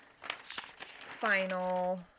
final